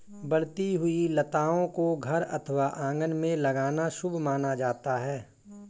बढ़ती हुई लताओं को घर अथवा आंगन में लगाना शुभ माना जाता है